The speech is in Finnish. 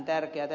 täällä ed